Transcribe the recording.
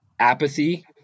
apathy